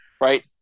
Right